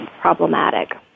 problematic